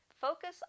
focus